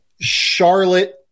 Charlotte